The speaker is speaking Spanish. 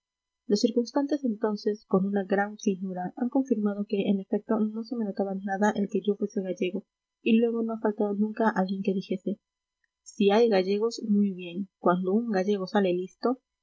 los circunstantes entonces con una gran finura han confirmado que en efecto no se me notaba nada el que yo fuese gallego y luego no ha faltado nunca alguien que dijese si hay gallegos muy bien cuando un gallego sale listo